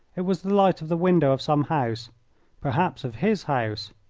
it was the light of the window of some house perhaps of his house.